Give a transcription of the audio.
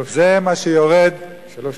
שלוש מלים.